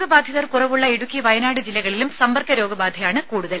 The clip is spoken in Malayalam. രോഗബാധിതർ കുറവുള്ള ഇടുക്കി വയനാട് ജില്ലകളിലും സമ്പർക്കരോഗബാധയാണ് കൂടുതൽ